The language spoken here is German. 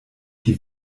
die